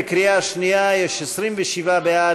בקריאה שנייה 27 בעד,